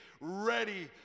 ready